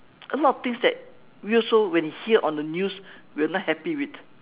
a lot of things that we also when we hear on the news we are not happy with